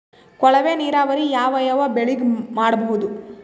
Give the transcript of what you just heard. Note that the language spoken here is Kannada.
ಕೊಳವೆ ನೀರಾವರಿ ಯಾವ್ ಯಾವ್ ಬೆಳಿಗ ಮಾಡಬಹುದು?